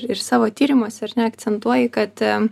ir savo tyrimuose ar ne akcentuoji kad